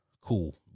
cool